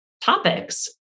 topics